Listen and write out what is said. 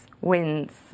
wins